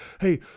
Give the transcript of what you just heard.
hey